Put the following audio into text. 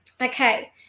okay